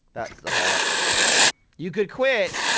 that's the heart you could quit,